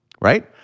right